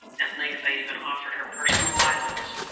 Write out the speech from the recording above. at length, i even offered her personal violence.